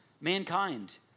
mankind